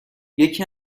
یکی